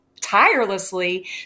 tirelessly